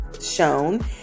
shown